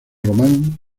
román